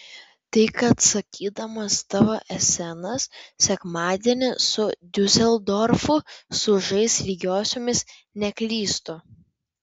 tai kad sakydamas tavo esenas sekmadienį su diuseldorfu sužais lygiosiomis neklystu